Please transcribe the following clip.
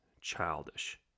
childish